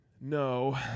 no